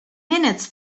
minutes